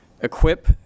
equip